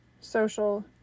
social